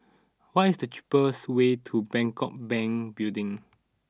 what is the cheapest way to Bangkok Bank Building